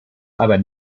aber